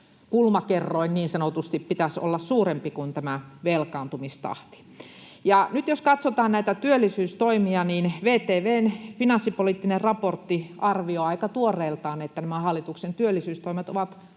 kulmakertoimen pitäisi olla suurempi kuin tämän velkaantumistahdin. Ja nyt jos katsotaan näitä työllisyystoimia, niin VTV:n finanssipoliittinen raportti arvioi aika tuoreeltaan, että nämä hallituksen työllisyystoimet ovat